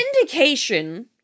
indication